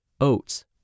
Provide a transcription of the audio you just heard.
oats